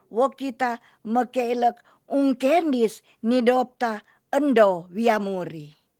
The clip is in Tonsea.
Wo kita meke ilek um kendis nidekta endo wia muri